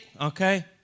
okay